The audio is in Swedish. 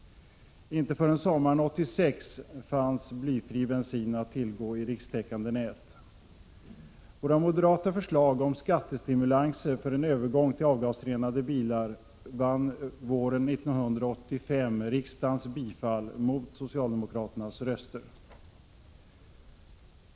Inte förrän sommaren 1986 fanns blyfri bensin att tillgå i rikstäckande nät. De moderata förslagen om skattestimulanser för en övergång till avgasrenade bilar vann våren 1985 riksdagens bifall mot socialdemokraternas röster!